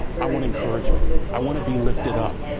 i want encouragement. i want to be lifted up.